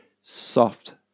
soft